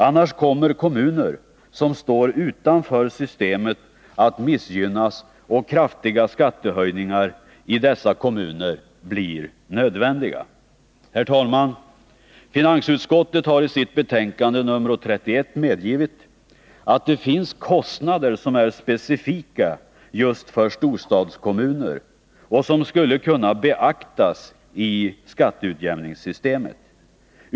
Annars kommer kommuner som står utanför systemet att missgynnas och kraftiga skattehöjningar i dessa kommuner att bli nödvändiga. Herr talman! Finansutskottet har i sitt betänkande nr 31 medgivit att det finns kostnader som är specifika just för storstadskommunerna och som skulle kunna beaktas i skatteutjämningssystemet.